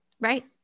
Right